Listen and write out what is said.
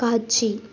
காட்சி